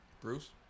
Bruce